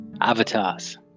Avatars